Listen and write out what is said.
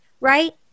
right